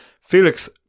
Felix